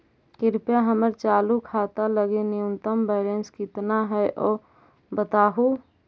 कृपया हमर चालू खाता लगी न्यूनतम बैलेंस कितना हई ऊ बतावहुं